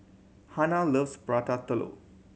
Hanna loves Prata Telur